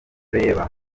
reba